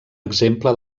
exemple